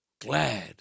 glad